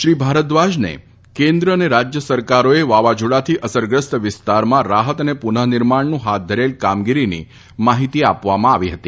શ્રી ભારદ્વાજને કેન્દ્ર અને રાજ્ય સરકારોએ વાવાઝોડાથી અસરગ્રસ્ત વિસ્તારમાં રાહત અને પુનઃ નિર્માણનું હાથ ધરેલ કામગીરીની માહિતી આપવામાં આવી હતી